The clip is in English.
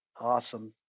Awesome